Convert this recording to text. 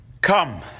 Come